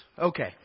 Okay